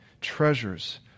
treasures